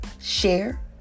share